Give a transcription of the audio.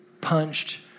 punched